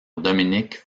dominique